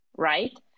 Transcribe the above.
right